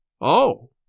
Oh